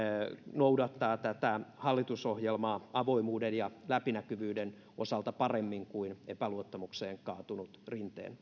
noudattaa tätä hallitusohjelmaa avoimuuden ja läpinäkyvyyden osalta paremmin kuin epäluottamukseen kaatunut rinteen